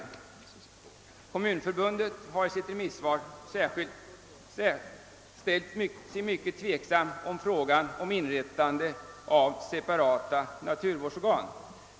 Svenska kommunförbundet har i sitt remissvar ställt sig mycket tveksamt till frågan om inrättande av separata naturvårdsorgan.